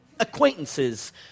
Acquaintances